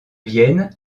vienne